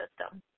system